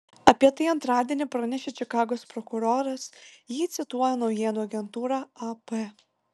apie tai antradienį pranešė čikagos prokuroras jį cituoja naujienų agentūra ap